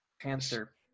Panther